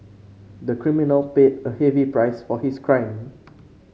the criminal paid a heavy price for his crime